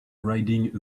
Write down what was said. riding